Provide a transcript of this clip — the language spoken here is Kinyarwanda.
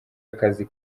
akazi